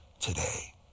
today